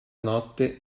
notte